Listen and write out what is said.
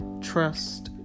trust